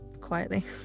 quietly